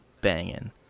banging